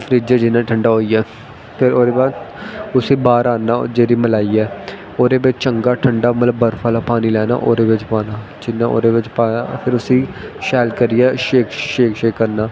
fridge जियां ठंडा होई गेआ फिर ओह्दे बाद उसी बाह्र आह्नना ओह् जेह्ड़ी मलाई ऐ चंगा ठंडा बर्फ आह्ला पानी लैना ओह्दे बिच्च पाना जियां ओह्दे बिच्च पाया फिर उसी शैल करियै शेक शेक शेक करना